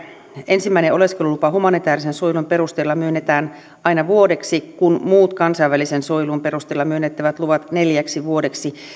ensimmäinen oleskelulupa humanitäärisen suojelun perusteella myönnetään aina vuodeksi kun muut kansainvälisen suojelun perusteella myönnettävät luvat neljäksi vuodeksi